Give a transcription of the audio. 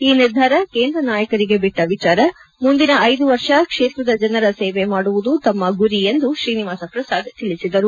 ಈ ನಿರ್ಧಾರ ಕೇಂದ್ರ ನಾಯಕರಿಗೆ ಬಿಟ್ಟ ವಿಚಾರ ಮುಂದಿನ ಐದು ವರ್ಷ ಕ್ಷೇತ್ರದ ಜನರ ಸೇವೆ ಮಾಡುವುದು ತಮ್ಮ ಗುರಿ ಎಂದು ಶ್ರೀನಿವಾಸ ಪ್ರಸಾದ್ ತಿಳಿಸಿದರು